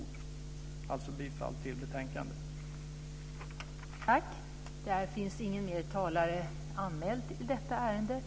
Jag yrkar alltså bifall till hemställan i betänkandet.